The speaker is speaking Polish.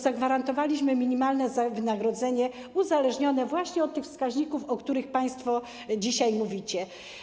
Zagwarantowaliśmy minimalne wynagrodzenie uzależnione właśnie od tych wskaźników, o których państwo dzisiaj mówicie.